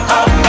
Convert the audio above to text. up